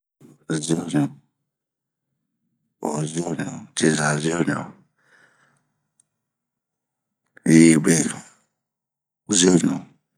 zioɲu, uazioɲu, cizazioɲu, iŋbezioɲu